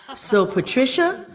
ah so, patricia,